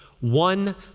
one